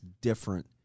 different